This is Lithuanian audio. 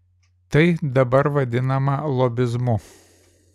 tai dabar vadinama lobizmu